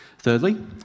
Thirdly